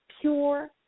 pure